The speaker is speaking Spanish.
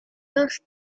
dos